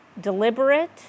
Deliberate